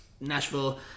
Nashville